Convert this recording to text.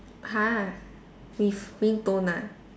!huh! with ringtone ah